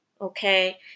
okay